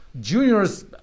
Juniors